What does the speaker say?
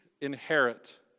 inherit